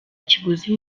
kiguzi